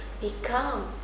Become